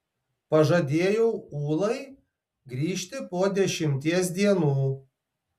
pažadėjau ulai grįžti po dešimties dienų